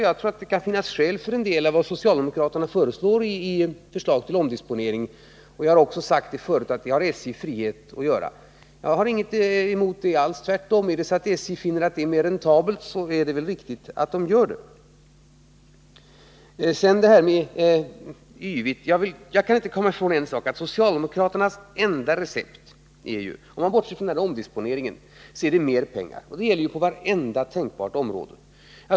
Jag tror det kan finnas skäl för en del av vad de föreslår i sitt förslag till omdisponering. Vi har också sagt tidigare att detta har SJ full frihet att göra. Jag har ingenting emot det alls, tvärtom. Är det så att SJ finner att detta är mer räntabelt är det riktigt att man gör så. Så några ord om detta med ”yvigt”. Jag kan inte komma ifrån att socialdemokraternas enda recept, bortsett från omdisponering, är mer pengar. Detta gäller på vartenda tänkbart område.